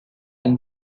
ont